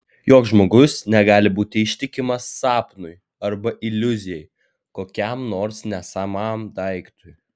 joks žmogus negali būti ištikimas sapnui arba iliuzijai kokiam nors nesamam daiktui